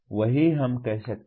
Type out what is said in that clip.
वही हम कह सकते हैं